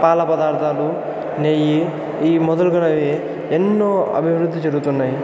పాల పదార్ధాలు నెయ్యి ఈ మొదలగునవి ఎన్నో అభివృద్ధి చెందుతున్నాయి